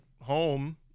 home